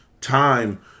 time